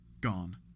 Gone